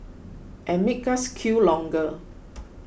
and make us queue longer